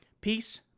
Peace